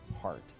heart